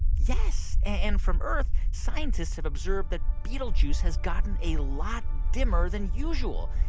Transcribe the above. yes. and from earth, scientists have observed that betelgeuse has gotten a lot dimmer than usual.